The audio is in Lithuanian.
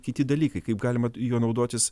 kiti dalykai kaip galima juo naudotis